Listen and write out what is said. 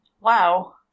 wow